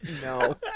No